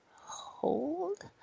hold